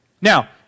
Now